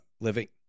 living